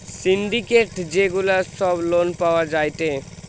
syndicate যে গুলা সব লোন পাওয়া যায়টে